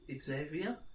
Xavier